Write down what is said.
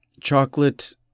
Chocolate